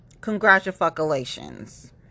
Congratulations